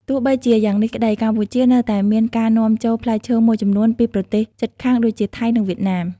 ទោះបីជាយ៉ាងនេះក្តី កម្ពុជានៅតែមានការនាំចូលផ្លែឈើមួយចំនួនពីប្រទេសជិតខាងដូចជា ថៃ និងវៀតណាម។